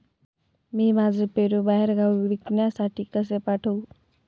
मी माझे पेरू बाहेरगावी विकण्यासाठी कसे पाठवू?